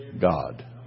God